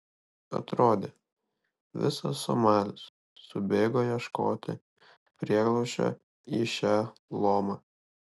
atrodė visas somalis subėgo ieškoti prieglobsčio į šią lomą